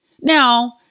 Now